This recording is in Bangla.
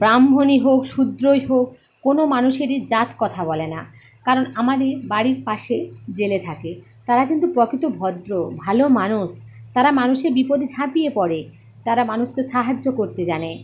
ব্রাহ্মণই হোক শুদ্রই হোক কোনো মানুষেরই জাত কথা বলে না কারণ আমাদের বাড়ির পাশে জেলে থাকে তারা কিন্তু প্রকৃত ভদ্র ভালো মানুষ তারা মানুষের বিপদে ঝাঁপিয়ে পরে তারা মানুষকে সাহায্য করতে জানে